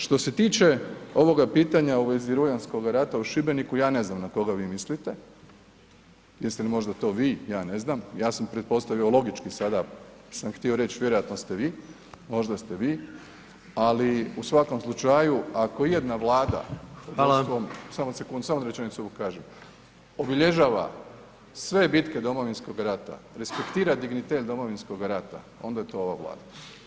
Što se tiče ovoga pitanja u vezi Rujanskoga rata u Šibeniku, ja ne znam na koga vi mislite, jeste li to možda vi, ja ne znam, ja sam pretpostavio logički sada sam htio reći, vjerojatno ste vi, možda ste vi, ali u svakom slučaju, ako ijedna vlada, [[Upadica: Hvala.]] samo sekundu, samo rečenicu ovu kažem, obilježava sve bitke Domovinskog rata, respektira dignitet Domovinskog rata, onda je to ova Vlada.